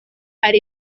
hari